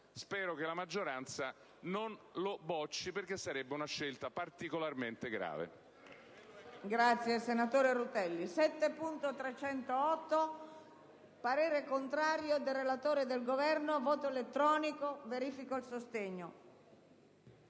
Spero che la maggioranza non lo bocci, perché sarebbe una scelta particolarmente grave.